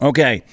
Okay